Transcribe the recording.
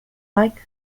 like